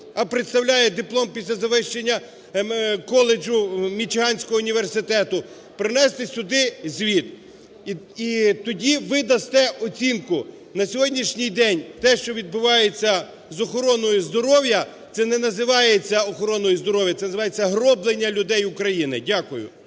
а представляє диплом після завершення коледжу Мічиганського університету, принести сюди звіт, і тоді ви дасте оцінку. На сьогоднішній день те, що відбувається з охороною здоров'я, це не називається охороною здоров'я, це називається гроблення людей України. Дякую.